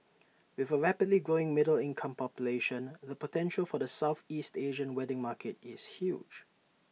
with A rapidly growing middle income population the potential for the Southeast Asian wedding market is huge